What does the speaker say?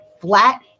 flat